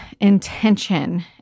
intention